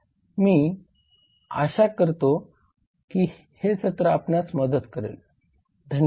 मी आशा करतो की हे सत्र आपणास मदत करेल धन्यवाद